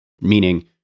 Meaning